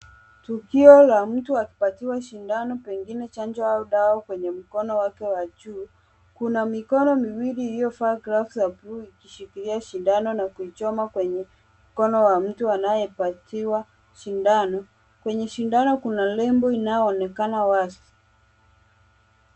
Tukio la mtu akipewa sindano pengine chanjo au dawa kwenye mkono wake wa juu. Kuna mikono miwili iliyovaa glavu za bluu ikishikilia sindano na kuichoma kwenye mkono wa mtu anayepatiwa sindano. Kwenye sindano kuna lebo inayoonekana wazi.